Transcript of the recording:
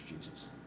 Jesus